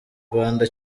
rwanda